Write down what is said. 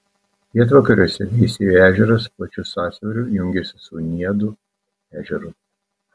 pietvakariuose veisiejo ežeras plačiu sąsiauriu jungiasi su niedų ežeru